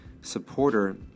supporter